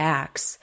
acts